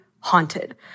haunted